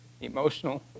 emotional